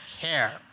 care